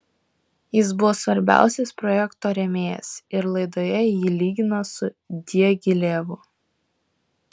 jis buvo svarbiausias projekto rėmėjas ir laidoje jį lygino su diagilevu